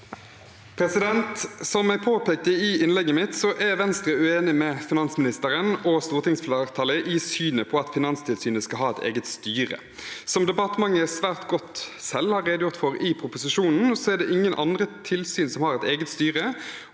Som jeg påpekte i innlegget mitt, er Venstre uenig med finansministeren og stortingsflertallet i synet på at Finanstilsynet skal ha et eget styre. Som departementet svært godt selv har redegjort for i proposisjonen, er det ingen andre tilsyn som har et eget styre.